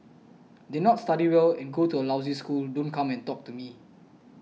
did not study well and go to a lousy school don't come and talk to me